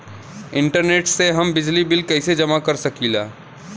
Internet से हम बिजली बिल कइसे जमा कर सकी ला?